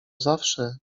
zawsze